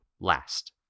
last